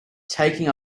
taking